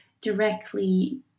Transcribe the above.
directly